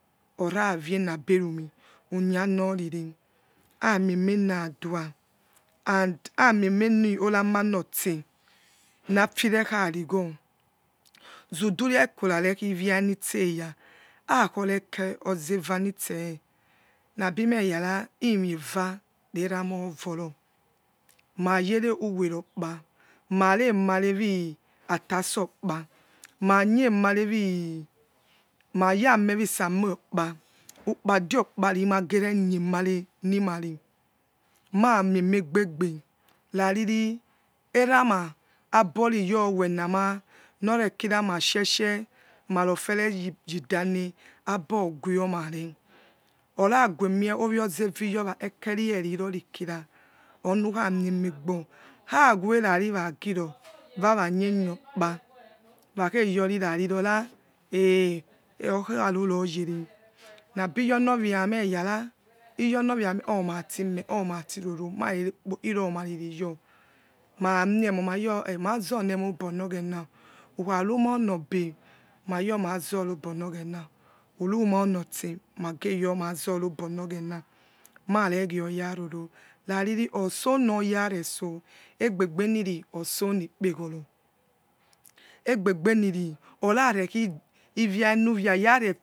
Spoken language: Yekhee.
Erawi naberumi uyanoriri amie menadus and amiemeni oramonotse nafinekharigno zuturiekongrekhiwini seye akhoreke ozevanise näbimewerya imo eva revamokoro mayereqwerokpa maremare wiatasa okpa mayenare we mayamei wusamchok pa, ulapade okpa rimagereye maneni mave mamil me ibebe raviri erama aborigwenama norekiramiseseh marofiere, yidane aboguomare oragyemie awiozieviyowa ekerie rirorikira onukhamiemegbo nukhawe wenagito warayanye olaps wakheyati raviropa, okharuroyere nabijonowia mehiweyara iyor rowianaomatinae omatiroro marere po iromaririyo maramie omar mayo amazorbanogheng vikhavy merobe mayo marzorobo noghena anama onotse mageyormazoriobo nogh ens maregioyavoro rariri oso noya re so ejebebenin oso ni kpeghoro egbe beniri orarekhaiwinuwia.